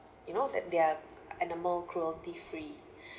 you know that they are animal cruelty free